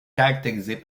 caractérisé